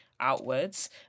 outwards